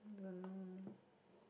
don't know